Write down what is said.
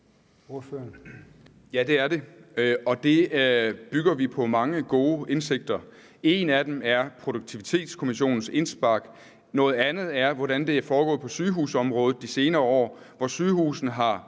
Ja, det er det, og det bygger vi på mange gode indsigter. En af dem er Produktivitetskommissionens indspark. Noget andet er, hvordan det er foregået på sygehusområdet de senere år, hvor sygehusene